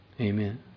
Amen